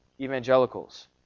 evangelicals